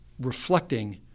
reflecting